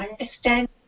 understand